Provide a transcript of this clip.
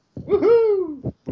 Woohoo